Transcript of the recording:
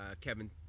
Kevin